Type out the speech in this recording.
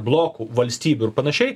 blokų valstybių ir panašiai